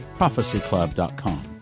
prophecyclub.com